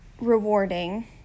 rewarding